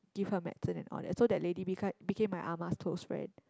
give her medicine and all that so that lady become became my ah ma close friend